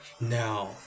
Now